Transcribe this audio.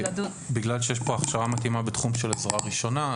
בגלל שיש פה הכשרה מתאימה בתחום של עזרה ראשונה,